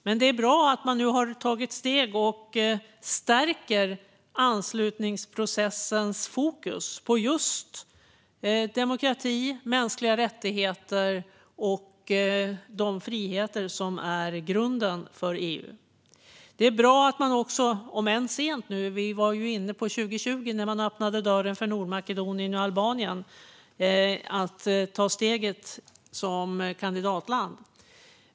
Men det är bra att man nu har tagit steg för att stärka anslutningsprocessens fokus på demokrati, mänskliga rättigheter och de friheter som är grunden för EU. Detta är bra om än sent. Vi var ju inne på 2020 när dörren för Nordmakedonien och Albanien öppnades att ta steget att bli kandidatländer.